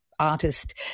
artist